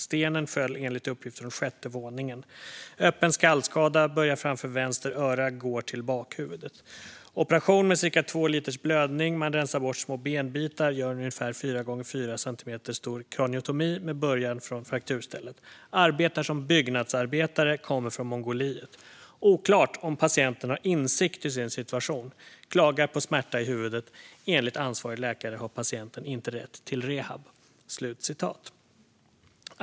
Stenen föll enligt uppgift från 6:e våningen. Öppen skallskada. Börjar framför vänster öra, går till bakhuvudet. Operation med cirka 2 liters blödning. Man rensar bort små benbitar, gör en ungefär 4 x 4 cm stor kraniotomi med början från frakturstället. Arbetar som byggnadsarbetare. Kommer från Mongoliet. Oklart om patienten har insikt i sin situation. Klagar på smärta i huvudet. Enligt ansvarig läkare har patienten inte rätt till rehab.